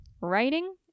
writing